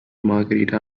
margarita